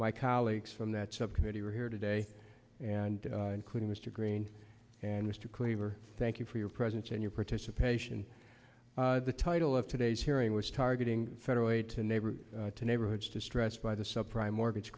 my colleagues from that subcommittee were here today and including mr green and mr cleaver thank you for your presence and your participation the title of today's hearing was targeting federal aid to neighbor to neighborhoods distressed by the subprime mortgage